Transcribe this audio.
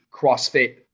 CrossFit